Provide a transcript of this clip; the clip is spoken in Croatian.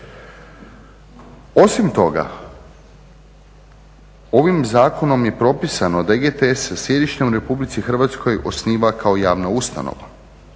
Osim toga ovim zakonom je propisano da EGTC sa sjedištem u RH osniva kao javna ustanova.